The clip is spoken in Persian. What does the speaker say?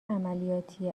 عملیاتی